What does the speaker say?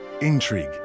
intrigue